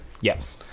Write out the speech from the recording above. Yes